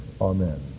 amen